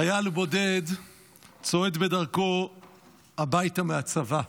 חייל בודד צועד בדרכו הביתה מהצבא.